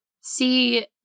see